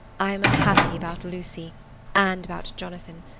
i am unhappy about lucy and about jonathan.